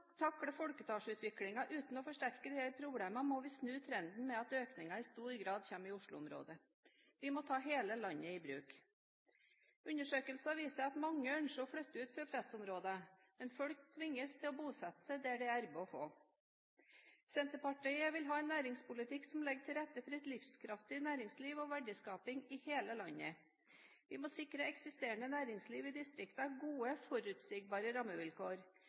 takle folketallsutviklingen uten å forsterke disse problemene, må vi snu trenden med at økningen i stor grad kommer i Oslo-området. Vi må ta hele landet i bruk. Undersøkelser viser at mange ønsker å flytte ut fra pressområdene, men folk tvinges til å bosette seg der det er arbeid å få. Senterpartiet vil ha en næringspolitikk som legger til rette for et livskraftig næringsliv og verdiskaping i hele landet. Vi må sikre eksisterende næringsliv i distriktene gode, forutsigbare rammevilkår,